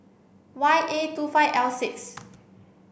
Y A two five L six